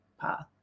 path